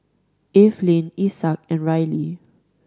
Eveline Isaak and Rylie